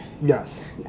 Yes